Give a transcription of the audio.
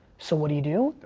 so what do you do?